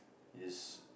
is